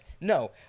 No